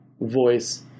voice